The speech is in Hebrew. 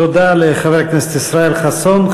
תודה לחבר הכנסת ישראל חסון.